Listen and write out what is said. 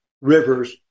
Rivers